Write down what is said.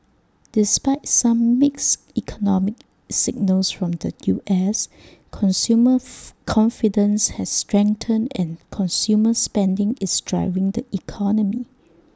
despite some mixed economic signals from the U S consumer confidence has strengthened and consumer spending is driving the economy